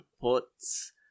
puts